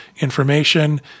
information